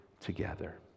together